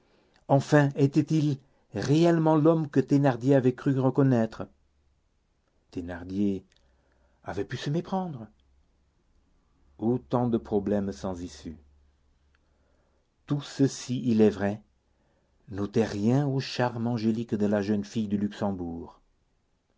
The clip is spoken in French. enfin était-il réellement l'homme que thénardier avait cru reconnaître thénardier avait pu se méprendre autant de problèmes sans issue tout ceci il est vrai n'ôtait rien au charme angélique de la jeune fille du luxembourg